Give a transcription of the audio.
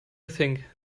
think